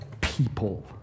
people